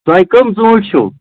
تۄہہِ کَم ژوٗنٛٹھۍ چھُو